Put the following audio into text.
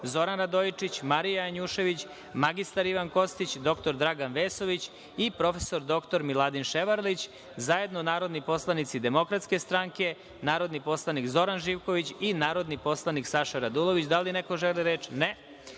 Zoran Radojičić, Marija Janjušević, mr Ivan Kostić, dr Dragan Vesović i prof. dr Miladin Ševarlić, zajedno narodni poslanici DS, narodni poslanik Zoran Živković i narodni poslanik Saša Radulović. Da li neko želi reč?